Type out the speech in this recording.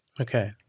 Okay